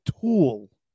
tool